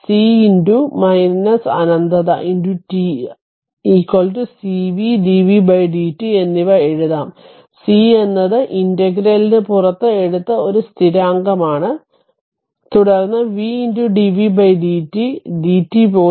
അതിനാൽ c അനന്തത t rt cv dvdt എന്നിവ എഴുതാം c എന്നത് ഈ ∫ ന് പുറത്ത് എടുത്ത ഒരു സ്ഥിരാങ്കമാണ് തുടർന്ന് v dvdt അതിനാൽ dt പോയി